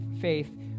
faith